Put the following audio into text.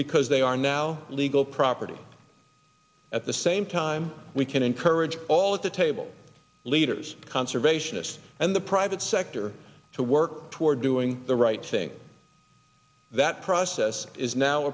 because they are now legal property at the same time we can encourage all of the table leaders conservationists and the private sector to work toward doing the right thing that process is now